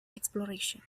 exploration